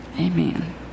amen